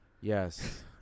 Yes